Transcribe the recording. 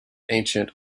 ancient